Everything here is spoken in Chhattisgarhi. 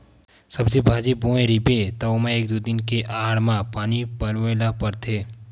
सब्जी बाजी बोए रहिबे त ओमा एक दू दिन के आड़ म पानी पलोए ल परथे